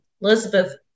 Elizabeth